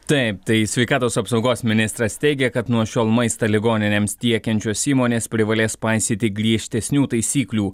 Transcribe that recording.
taip tai sveikatos apsaugos ministras teigia kad nuo šiol maistą ligoninėms tiekiančios įmonės privalės paisyti griežtesnių taisyklių